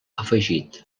afegit